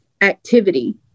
activity